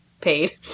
Paid